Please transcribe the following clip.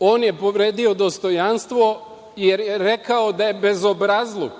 On je povredio dostojanstvo jer je rekao da je bezobrazluk